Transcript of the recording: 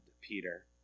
Peter